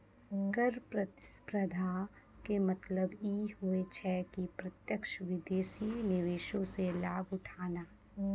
कर प्रतिस्पर्धा के मतलब इ होय छै कि प्रत्यक्ष विदेशी निवेशो से लाभ उठाना